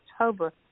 October